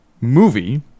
movie –